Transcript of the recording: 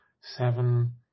Seven